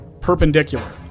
perpendicular